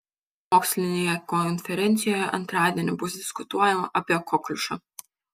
mokslinėje konferencijoje antradienį bus diskutuojama apie kokliušą